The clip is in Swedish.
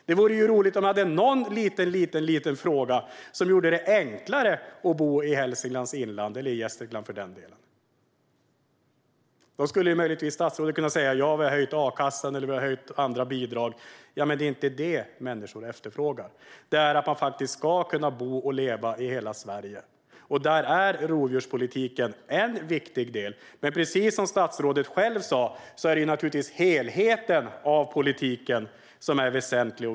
Det vore roligt om ni hade någon liten åtgärd som gjorde det enklare att bo i Hälsinglands inland eller i Gästrikland. Statsrådet skulle kunna säga att ni har höjt a-kassan eller andra bidrag. Men det är inte det människor efterfrågar, utan att man faktiskt ska kunna bo och leva i hela Sverige. Då är rovdjurspolitiken en viktig del, men precis som statsrådet sa är det givetvis helheten av politiken som är viktig.